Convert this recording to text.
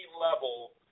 level